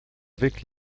mhic